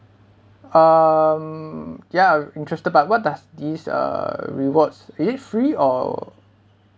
um ya interested but what does this uh rewards is it free or